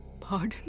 Pardon